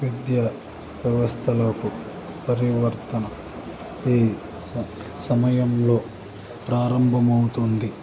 విద్య వ్యవస్థలకు పరివర్తన ఈ స సమయంలో ప్రారంభమవుతుంది